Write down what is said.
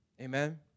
Amen